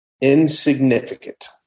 insignificant